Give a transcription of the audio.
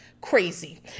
Crazy